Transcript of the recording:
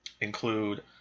include